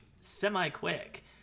semi-quick